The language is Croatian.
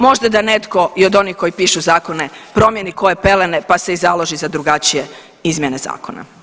Možda da netko i od onih koji pišu zakone promijeni koje pelene pa se i založi za drugačije izmjene zakona.